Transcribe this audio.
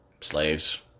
slaves